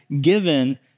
given